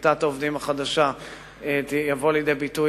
שבקליטת העובדים החדשה תבוא לידי ביטוי